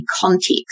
context